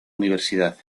universidad